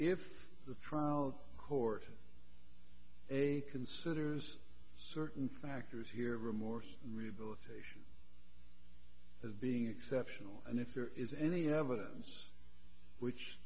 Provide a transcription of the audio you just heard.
if the trial court a considers certain factors here remorse rehabilitation is being exceptional and if there is any evidence which